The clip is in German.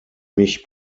mich